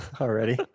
already